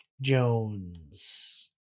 Jones